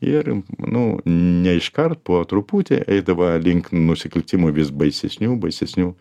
ir nu ne iš kart po truputį eidava link nusikaltimų vis baisesnių baisesnių